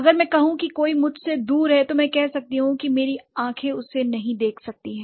अगर मैं कहूं कि कोई मुझसे दूर है तो मैं कह सकती हूं कि मेरी आंखें उसे नहीं देख सकती हैं